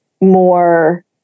more